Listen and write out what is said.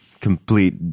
complete